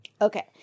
Okay